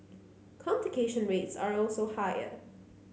complication rates are also higher